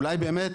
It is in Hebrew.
אולי באמת